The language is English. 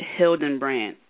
Hildenbrand